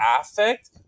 affect